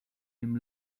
him